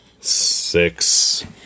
Six